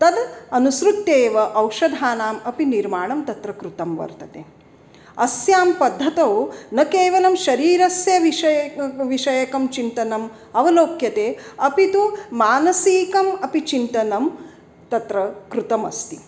तद् अनुसृत्य एव औषधानाम् अपि निर्माणं तत्र कृतं वर्तते अस्यां पद्धतौ न केवलं शरीरस्य विषयक विषयकं चिन्तनम् अवलोक्यते अपि तु मानसिकम् अपि चिन्तनं तत्र कृतम् अस्ति